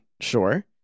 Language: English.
sure